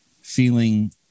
feeling